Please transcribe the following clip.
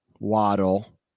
Waddle